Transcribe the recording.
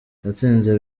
yatsinze